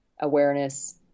awareness